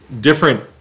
different